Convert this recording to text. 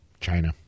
China